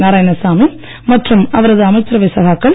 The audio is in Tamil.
நாராயணசாமி மற்றும் அவரது அமைச்சரவை சகாக்கள்